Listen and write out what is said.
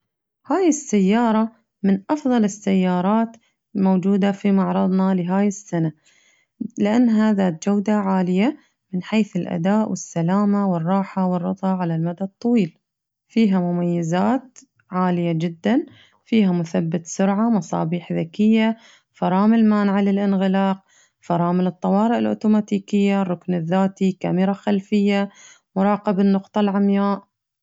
هاي السيارة من أفضل السيارات الموجودة في معرضنا لهاي السنة لأنها ذات جودة عالية من حيث الأداء والسلامة والراحة والرضا على المدى الطويل فيها مميزات عالية جداً فيها مثيت سرعة مصابيح ذكية فرامل مانعة للانغلاق فرامل الطوارئ الأوتوماتيكية الركن الذاتي كاميرا خلفية مراقب النقطة العمياء.